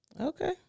Okay